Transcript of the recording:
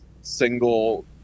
single